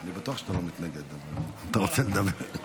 אני בטוח שאתה לא מתנגד, אבל אתה רוצה לדבר.